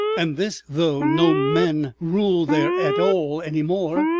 and this though no men ruled there at all any more!